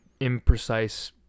imprecise